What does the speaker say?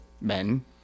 men